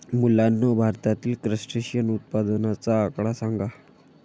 मुलांनो, भारतातील क्रस्टेशियन उत्पादनाचा आकडा सांगा?